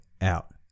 out